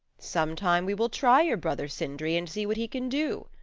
sometime we will try your brother sindri and see what he can do,